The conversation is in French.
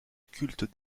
culte